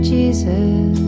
Jesus